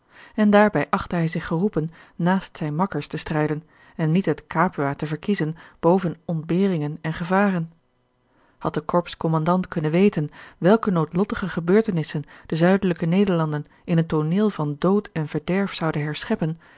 en daarbij achtte hij zich geroepen naast zijne makkers te strijden en niet het capua te verkiezen boven ontberingen en gevaren had de korpskommandant kunnen weten welke noodlottige gebeurtenissen de zuidelijke nederlanden in een tooneel van dood en verderf zouden herscheppen